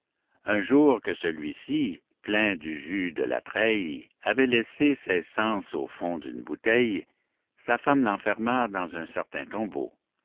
un jour que celui-ci plein du jus de la treille avait laissé ses sens au fond d'une bouteille sa femme l'enferma dans un certain tombeau